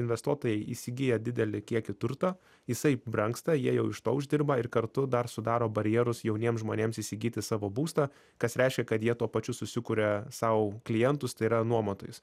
investuotojai įsigija didelį kiekį turto jisai brangsta jie jau iš to uždirba ir kartu dar sudaro barjerus jauniem žmonėms įsigyti savo būstą kas reiškia kad jie tuo pačiu susikuria sau klientus tai yra nuomotojus